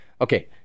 Okay